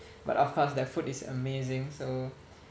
but of course the food is amazing so